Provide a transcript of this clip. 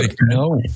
No